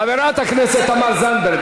חברת הכנסת תמר זנדברג,